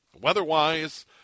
Weather-wise